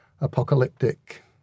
apocalyptic